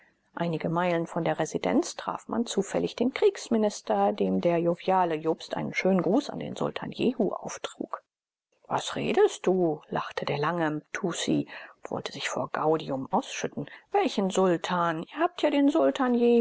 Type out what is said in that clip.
einige meilen von der residenz traf man zufällig den kriegsminister dem der joviale jobst einen schönen gruß an den sultan jehu auftrug was redest du lachte der lange mtussi und wollte sich vor gaudium ausschütten welchen sultan ihr habt ja den sultan